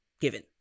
given